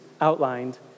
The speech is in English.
outlined